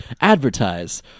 advertise